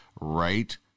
right